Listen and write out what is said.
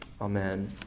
amen